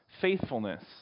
faithfulness